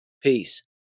Peace